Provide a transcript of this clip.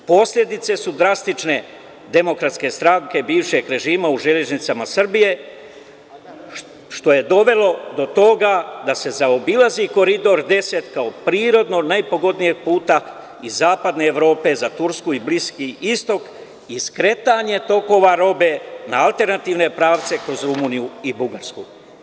Posledice su drastične DS bivšeg režima u Železnicama Srbije, što je dovelo do toga da se zaobilazi Koridor 10, kao prirodno najpogodnijeg puta iz zapadne Evrope za Tursku i Bliski istok i skretanje tokova robe na alternativne pravce kroz Rumuniju i Bugarsku.